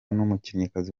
n’umukinnyikazi